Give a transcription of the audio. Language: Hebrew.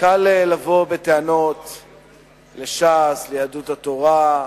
קל לבוא בטענות לש"ס, ליהדות התורה,